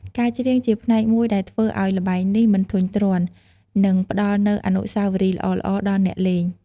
ការច្រៀងជាផ្នែកមួយដែលធ្វើឱ្យល្បែងនេះមិនធុញទ្រាន់ និងផ្តល់នូវអនុស្សាវរីយ៍ល្អៗដល់អ្នកលេង។